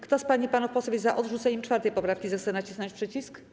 Kto z pań i panów posłów jest za odrzuceniem 4. poprawki, zechce nacisnąć przycisk.